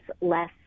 less